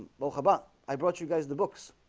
bah, ah but i brought you guys the books.